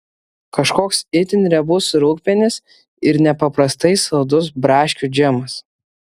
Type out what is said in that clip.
kažkoks itin riebus rūgpienis ir nepaprastai saldus braškių džemas